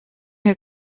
her